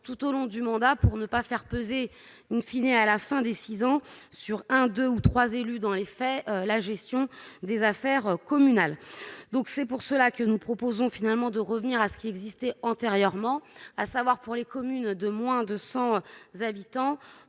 tout au long du mandat pour ne pas faire peser une fine et à la fin des 6 ans sur un, 2 ou 3 élus dans les faits, la gestion des affaires communales, donc c'est pour cela que nous proposons finalement de revenir à ce qui existait antérieurement à savoir pour les communes de moins de 100 habitants